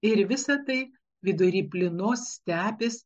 ir visa tai vidury plynos stepės